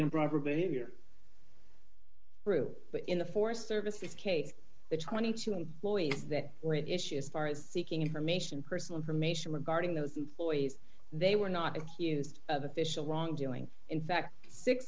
improper behavior true but in the forest service this case the twenty two m lawyers that were at issue as far as seeking information personal information regarding those employees they were not accused of official wrongdoing in fact six